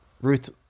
Ruth